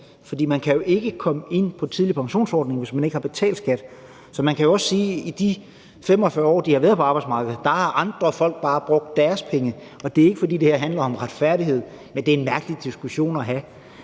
for man kan jo ikke komme ind på en tidlig pensionsordning, hvis man ikke har betalt skat. Så man kan også sige, at i de 45 år, de har været på arbejdsmarkedet, har andre folk bare brugt deres penge. Det er ikke, fordi det her handler om retfærdighed, men det er en mærkelig diskussion at have.